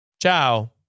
Ciao